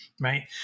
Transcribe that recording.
right